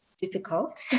difficult